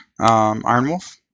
Ironwolf